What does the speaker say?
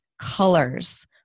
colors